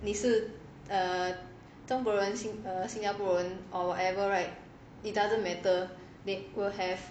你是 err 中国人 sing err 新加坡人 or whatever right it does not matter they will have